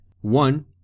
One